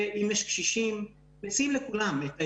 ואם יש קשישים, מציעים לכולם את העזרה.